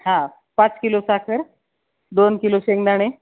हा पाच किलो साखर दोन किलो शेंगदाणे